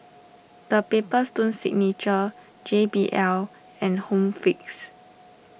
the Paper Stone Signature J B L and Home Fix